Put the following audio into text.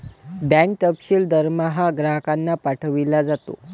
bank तपशील दरमहा ग्राहकांना पाठविला जातो